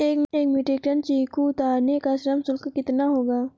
एक metric ton चीकू उतारने का श्रम शुल्क कितना होगा?